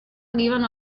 arrivano